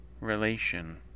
Relation